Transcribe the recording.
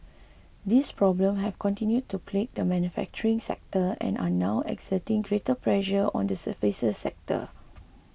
these problem have continued to plague the manufacturing sector and are now exerting greater pressure on the services sector